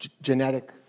genetic